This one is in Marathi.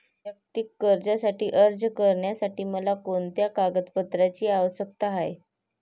वैयक्तिक कर्जासाठी अर्ज करण्यासाठी मला कोणत्या कागदपत्रांची आवश्यकता आहे?